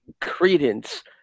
credence